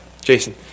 jason